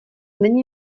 není